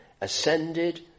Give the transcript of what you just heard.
ascended